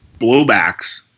blowbacks